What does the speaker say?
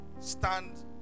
stand